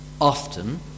often